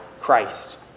Christ